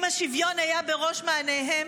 אם השוויון היה בראש מעייניהם,